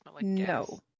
No